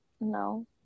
no